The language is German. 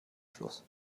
schluss